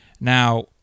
Now